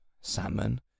Salmon